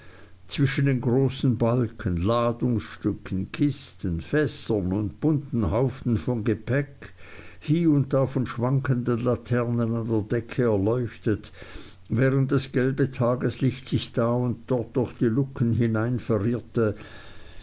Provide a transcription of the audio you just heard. zwischen den großen balken ladungsstücken kisten fässern und bunten haufen von gepäck hie und da von schwankenden laternen an der decke erleuchtet während das gelbe tageslicht sich da und dort durch die luken